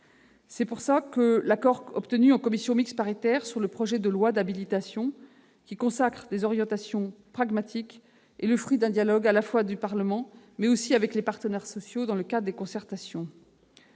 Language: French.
la vivre. Aussi, l'accord obtenu en commission mixte paritaire sur le projet de loi d'habilitation, qui consacre des orientations pragmatiques, est le fruit d'un dialogue, à la fois au Parlement, mais aussi avec les partenaires sociaux, dans le cadre des concertations.